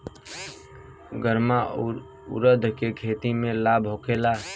गर्मा उरद के खेती से लाभ होखे ला?